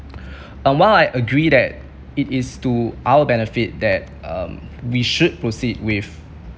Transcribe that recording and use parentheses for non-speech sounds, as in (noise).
(breath) and while I agree that it is to our benefit that um we should proceed with